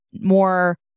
more